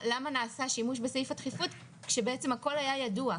נעשה שימוש בסעיף הדחיפות כשבעצם הכל היה ידוע,